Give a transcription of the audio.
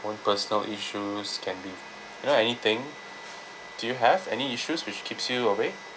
own personal issues can be you know anything do you have any issues which keeps you awake